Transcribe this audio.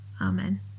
Amen